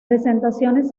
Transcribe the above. presentaciones